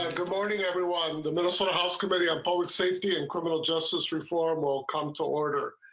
ah good morning everyone the minnesota house committee on both safety and criminal justice reform will come to order.